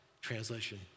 Translation